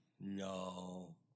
No